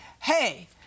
Hey